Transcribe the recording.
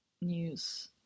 News